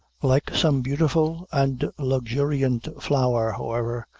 like some beautiful and luxuriant flower, however,